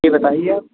یہ بتائیے آپ